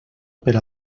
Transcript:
per